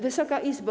Wysoka Izbo!